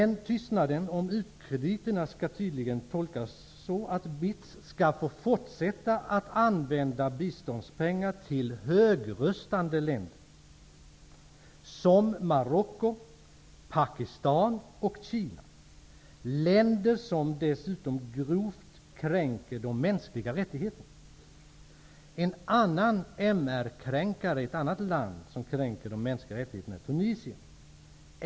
Tystnaden om u-krediterna skall tydligen tolkas så, att BITS skall få fortsätta att använda biståndspengar till högrustande länder som Marocko, Pakistan och Kina. Det är länder som dessutom grovt kränker de mänskliga rättigheterna. Ett annat land som kränker de mänskliga rättigheterna är Tunisien.